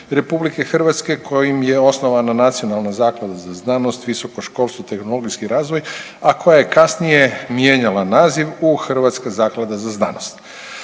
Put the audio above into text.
RH kojim je osnovana Nacionalna zaklada za znaost, visoko školstvo, tehnologijski razvoj a koja je kasnije mijenjala naziv u Hrvatski zaklada za znanost.